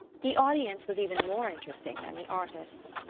the audience was even more interesting than the artists.